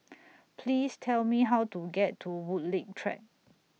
Please Tell Me How to get to Woodleigh Track